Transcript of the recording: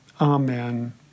Amen